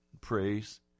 praise